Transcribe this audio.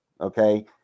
Okay